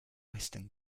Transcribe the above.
western